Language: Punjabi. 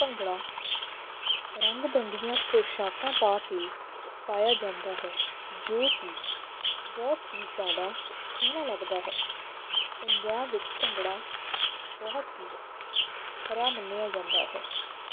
ਭੰਗੜਾ ਰੰਗ ਬਿਰੰਗੀਆ ਪੋਸ਼ਾਕਾਂ ਪਾ ਕੇ ਪਾਇਆ ਜਾਂਦਾ ਹੈ ਜੋ ਕਿ ਬਹੁਤ ਹੀ ਜ਼ਿਆਦਾ ਸੋਹਣਾ ਲੱਗਦਾ ਹੈ ਪੰਜਾਬ ਵਿੱਚ ਭੰਗੜਾ ਬਹੁਤ ਹੀ ਖਰਾ ਮੰਨਿਆ ਜਾਂਦਾ ਹੈ